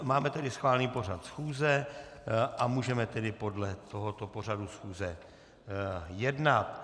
Máme tedy schválený pořad schůze a můžeme tedy podle tohoto pořadu schůze jednat.